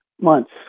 months